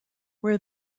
where